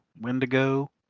Wendigo